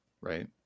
right